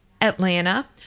Atlanta